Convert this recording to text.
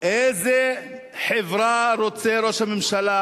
איזה חברה רוצה ראש הממשלה